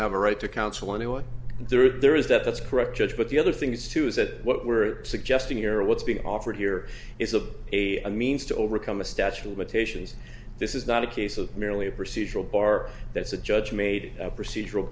have a right to counsel anyone there there is that that's correct judge but the other things too is that what we're suggesting here what's being offered here is of a means to overcome a statue limitations this is not a case of merely a procedural bar that the judge made a procedural